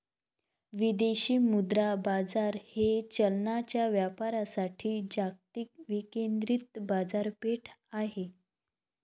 विदेशी मुद्रा बाजार हे चलनांच्या व्यापारासाठी जागतिक विकेंद्रित बाजारपेठ आहे